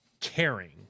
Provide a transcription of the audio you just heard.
caring